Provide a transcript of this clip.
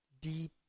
deep